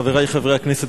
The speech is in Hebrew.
חברי חברי הכנסת,